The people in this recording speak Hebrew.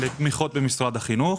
לתמיכות במשרד החינוך.